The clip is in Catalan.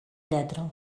lletra